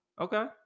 okay